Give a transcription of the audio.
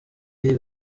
y’iyi